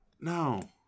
no